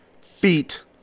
feet